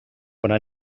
bona